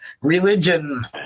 religion